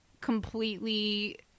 completely